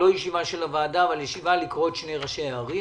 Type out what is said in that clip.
לא ישיבה של הוועדה אבל ישיבה לקרוא את שני ראשי הערים